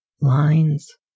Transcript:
lines